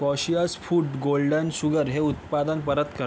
cautious food golden sugar हे उत्पादन परत कर